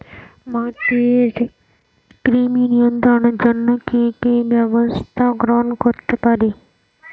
মাটির কৃমি নিয়ন্ত্রণের জন্য কি কি ব্যবস্থা গ্রহণ করতে পারি?